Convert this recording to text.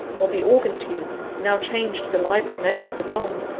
while the organ-tune, now changed to the lively measure of a song,